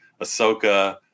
Ahsoka